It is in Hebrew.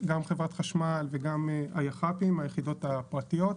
גם חברת חשמל וגם היח"פים, היחידות הפרטיות,